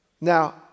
Now